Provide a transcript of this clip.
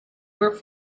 were